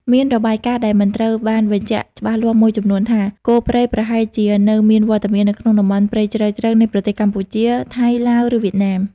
មានរបាយការណ៍ដែលមិនត្រូវបានបញ្ជាក់ច្បាស់លាស់មួយចំនួនថា គោព្រៃប្រហែលជានៅមានវត្តមាននៅក្នុងតំបន់ព្រៃជ្រៅៗនៃប្រទេសកម្ពុជា ថៃ ឡាវ ឬវៀតណាម។